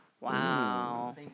wow